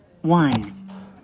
one